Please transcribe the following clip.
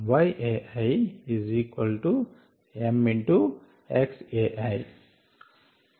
yAi m xAi